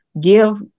give